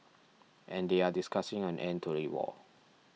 and they are discussing an end to the war